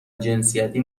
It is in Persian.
جنسیتی